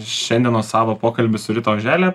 šiandienos savo pokalbį su rita ožele